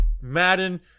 Madden